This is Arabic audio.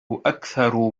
أكثر